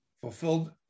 fulfilled